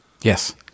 Yes